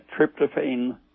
tryptophan